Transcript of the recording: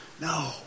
No